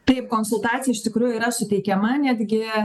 taip konsultacija iš tikrųjų yra suteikiama netgi